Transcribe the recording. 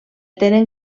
tenen